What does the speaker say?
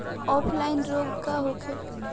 Offline रोग का होखे?